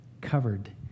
covered